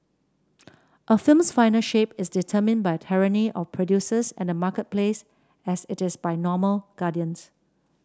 a film's final shape is determined by the tyranny of producers and the marketplace as it is by moral guardians